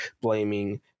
blaming